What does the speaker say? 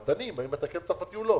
דנים אם הוא צרפתי או לא,